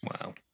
Wow